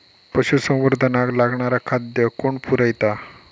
पशुसंवर्धनाक लागणारा खादय कोण पुरयता?